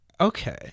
Okay